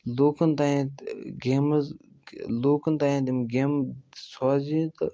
لوٗکَن تانٮ۪تھ گیمٕز لوٗکَن تانٮ۪تھ یِم گیمہٕ سوزِنہِ تہٕ